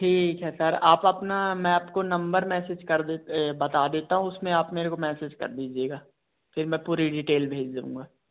ठीक है सर आप अपना मैं आपको नंबर मैसेज कर देते बता देता हूँ उसमें आप मेरे को मैसेज कर दीजिएगा फिर मैं पूरी डिटेल भेज दूंगा